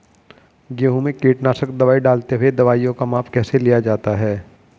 गेहूँ में कीटनाशक दवाई डालते हुऐ दवाईयों का माप कैसे लिया जाता है?